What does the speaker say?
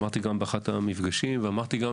ואמרתי את זה באחד המפגשים ואמרתי את זה